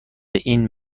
این